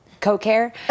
Co-care